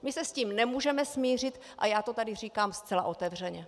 My se s tím nemůžeme smířit a já to tady říkám zcela otevřeně.